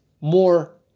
more